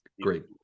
great